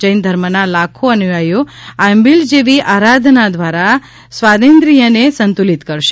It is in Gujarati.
જૈન ધર્મના લાખો અનુયાયીઓ આયંબિલ જેવી આરાધના દ્વારા સ્વાદેન્દ્રીયને સંતુલીત કરશે